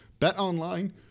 BetOnline